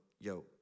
yo